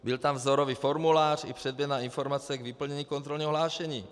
Byl tam vzorový formulář i předběžná informace k vyplnění kontrolního hlášení.